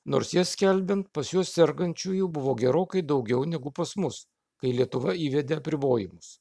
nors jie skelbia pas juos sergančiųjų buvo gerokai daugiau negu pas mus kai lietuva įvedė apribojimus